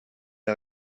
est